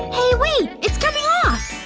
hey, wait. it's coming off!